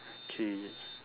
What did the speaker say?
okay